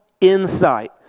insight